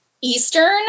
Eastern